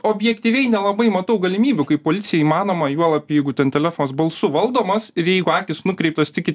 objektyviai nelabai matau galimybių kaip policijai įmanoma juolab jeigu ten telefonas balsu valdomas ir jeigu akys nukreiptos tik į